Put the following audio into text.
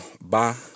bye